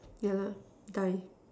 yeah lah die